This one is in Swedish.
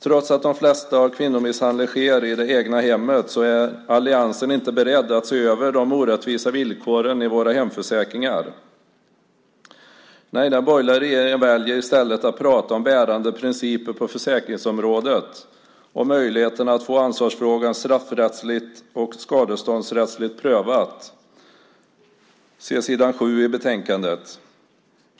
Trots att de flesta fallen av kvinnomisshandel sker i det egna hemmet är alliansen inte beredd att se över de orättvisa villkoren i våra hemförsäkringar. Nej, den borgerliga regeringen väljer i stället att prata om bärande principer på försäkringsområdet och möjligheten att få ansvarsfrågan straffrättsligt och skadeståndsrättsligt prövad, vilket står på s. 7 i betänkandet.